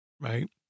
Right